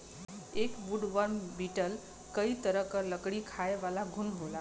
एक woodworm beetle कई तरह क लकड़ी खायेवाला घुन होला